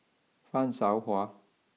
Fan Shao Hua